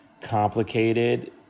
complicated